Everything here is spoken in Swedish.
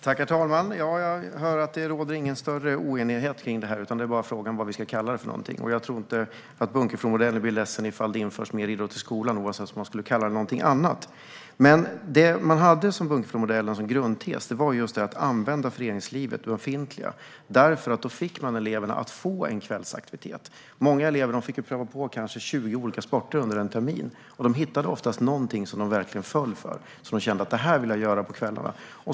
Herr talman! Jag hör att det inte råder någon större oenighet om detta. Frågan är bara vad vi ska kalla det för någonting. Jag tror inte att Bunkeflomodellen blir ledsen ifall det införs mer idrott i skolan oavsett om man skulle kalla det någonting annat. Det Bunkeflomodellen hade som grundtes var att använda det befintliga föreningslivet. Då fick man eleverna att få en kvällsaktivitet. Många elever fick kanske pröva på 20 olika sporter under en termin. De hittade oftast någonting som de verkligen föll för och som de kände att de ville göra på kvällarna.